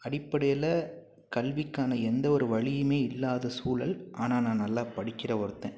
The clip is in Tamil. அடிப்படையில் கல்விக்கான எந்த ஒரு வழியுமே இல்லாத சூழல் ஆனால் நான் நல்லா படிக்கின்ற ஒருத்தன்